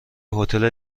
هتل